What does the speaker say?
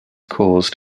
caused